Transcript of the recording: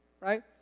Right